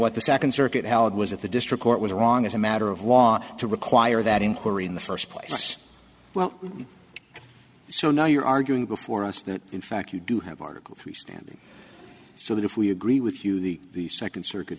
what the second circuit held was that the district court was wrong as a matter of law to require that inquiry in the first place well so now you're arguing before us that in fact you do have article three standing so that if we agree with you the second circuit